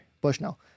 Bushnell